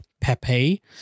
Pepe